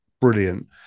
brilliant